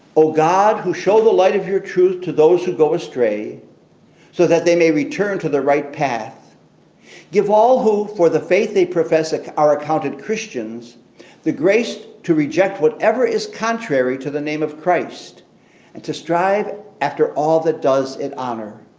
o god who show the light of your truth to those who go astray so that they may return to the right path give all who for the faith they profess ah are accounted christians the grace to reject whatever is contrary to the name of christ and to strive after all that does it honor.